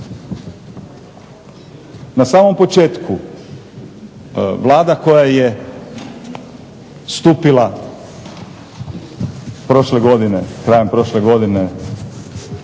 Na samom početku Vlada koja je stupila prošle krajem prošle godine